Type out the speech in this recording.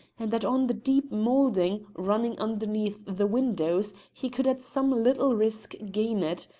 and that on the deep moulding running underneath the windows he could at some little risk gain it,